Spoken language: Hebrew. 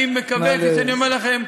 אני מקווה, כפי שאני אומר לכם,